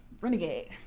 Renegade